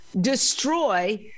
destroy